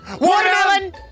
Watermelon